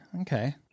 Okay